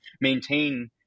maintain